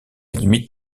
limite